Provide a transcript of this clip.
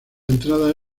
entrada